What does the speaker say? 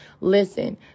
Listen